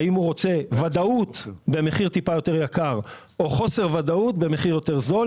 האם הוא רוצה ודאות במחיר טיפה יותר יקר או חוסר ודאות במחיר יותר זול.